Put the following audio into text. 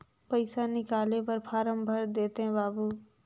पइसा निकाले बर फारम भर देते बाबु?